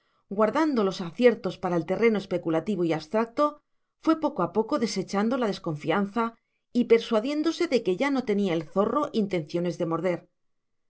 guardando los aciertos para el terreno especulativo y abstracto fue poco a poco desechando la desconfianza y persuadiéndose de que ya no tenía el zorro intenciones de morder